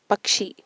പക്ഷി